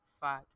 fat